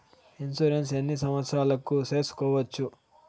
Insurance ఎన్ని సంవత్సరాలకు సేసుకోవచ్చు?